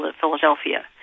Philadelphia